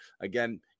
again